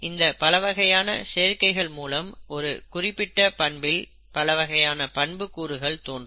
இந்த பலவகையான சேர்க்கைகள் மூலம் ஒரு குறிப்பிட்ட பண்பில் பலவகையான பண்புக்கூறுகள் தோன்றும்